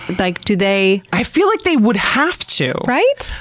like do they, i feel like they would have to. right?